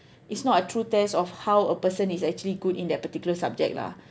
it's not a true test of how a person is actually good in their particular subject lah